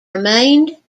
remained